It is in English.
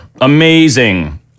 Amazing